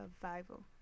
Survival